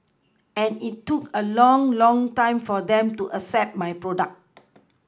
and it look a long long time for them to accept my product